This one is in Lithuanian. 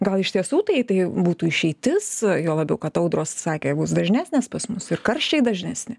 gal iš tiesų tai tai būtų išeitis juo labiau kad audros sakė bus dažnesnės pas mus ir karščiai dažnesni